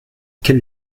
quel